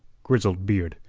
grizzled beard.